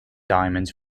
diamonds